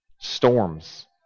storms